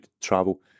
travel